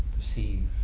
perceive